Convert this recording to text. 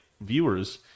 viewers